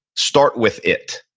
start with it,